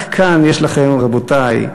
רק כאן יש לכם, רבותי,